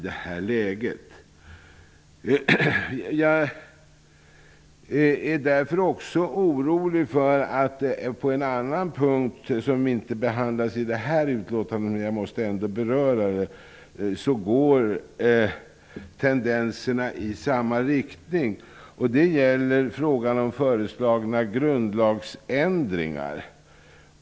Jag är också orolig när det gäller en annan punkt, som inte behandlas i det här betänkandet -- jag måste ändå beröra det. Tendensen går där i samma riktning. Jag tänker på frågan om föreslagna grundlagsändringar.